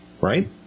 right